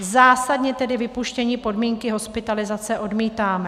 Zásadně tedy vypuštění podmínky hospitalizace odmítáme.